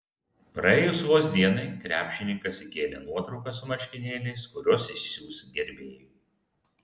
praėjus vos dienai krepšininkas įkėlė nuotrauką su marškinėliais kuriuos išsiųs gerbėjui